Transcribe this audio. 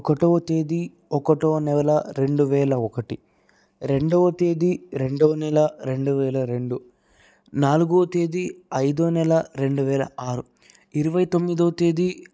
ఒకటవతేది ఒకటొనేల రెండువేల ఒకటి రెండవ తేదీ రెండో నెల రెండువేల రెండు నాలుగోవ తేదీ ఐదో నెల రెండువేల ఆరు ఇరవై తొమ్మిదవ తేదీ